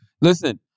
Listen